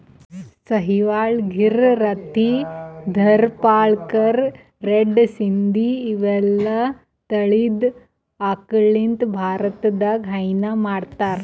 Sahiwal, Gir, Rathi, Tharparkar, red Sindhi ಇವೆಲ್ಲಾ ತಳಿದ್ ಆಕಳಗಳಿಂದ್ ಭಾರತದಾಗ್ ಹೈನಾ ಮಾಡ್ತಾರ್